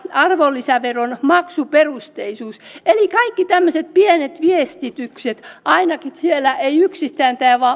arvonlisäveron maksuperusteisuus eli kaikki tämmöiset pienet viestitykset ei yksistään täällä